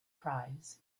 prize